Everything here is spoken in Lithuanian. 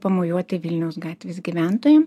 pamojuoti vilniaus gatvės gyventojam